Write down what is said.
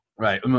Right